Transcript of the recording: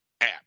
app